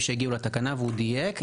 שתכף הוא ידבר,